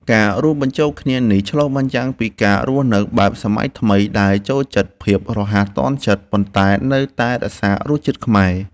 ការរួមបញ្ចូលគ្នានេះឆ្លុះបញ្ចាំងពីការរស់នៅបែបសម័យថ្មីដែលចូលចិត្តភាពរហ័សទាន់ចិត្តប៉ុន្តែនៅតែរក្សារសជាតិខ្មែរ។